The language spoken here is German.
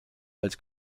als